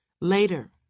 Later